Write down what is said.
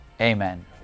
amen